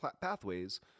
pathways